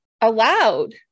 allowed